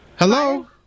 Hello